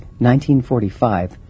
1945